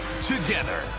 together